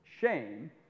Shame